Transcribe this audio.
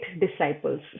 disciples